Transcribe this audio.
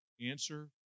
Answer